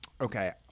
Okay